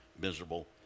miserable